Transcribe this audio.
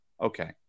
okay